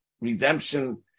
redemption